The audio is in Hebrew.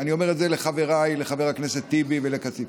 אני מקווה שבכך נביא גאולה קטנה